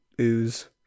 ooze